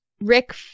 Rick